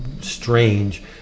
strange